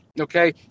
okay